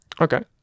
Okay